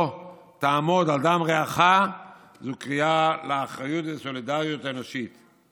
"לא תעמד על דם רעך" היא קריאה לאחריות ולסולידריות לאנשים.